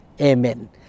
amen